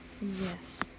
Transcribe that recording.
Yes